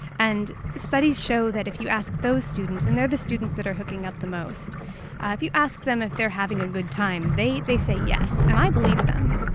and studies show that if you ask those students and they're the students that are hooking up the most ah if you ask them if they're having a good time, they they say, yes. and i believe them.